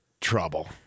trouble